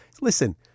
Listen